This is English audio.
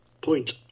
point